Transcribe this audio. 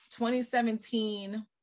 2017